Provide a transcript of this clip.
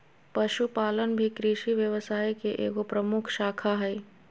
पशुपालन भी कृषि व्यवसाय के एगो प्रमुख शाखा हइ